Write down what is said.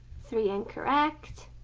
three incorrect,